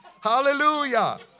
Hallelujah